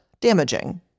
damaging